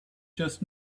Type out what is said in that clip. just